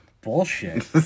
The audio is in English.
Bullshit